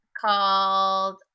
called